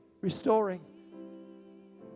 restoring